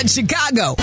Chicago